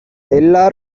நல்ல